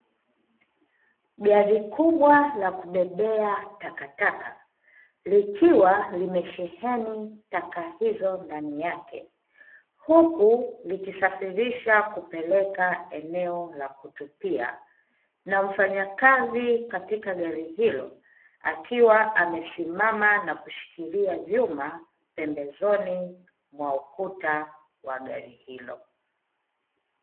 Gari kubwa la kubebea takataka likiwa limesheheni taka hizo ndani yake, huku likisafirisha kupeleka eneo la kutupia na mfanyakazi katika gari hilo akiwa amesimama na kushikilia vyuma pembezoni mwa ukuta wa gari hilo.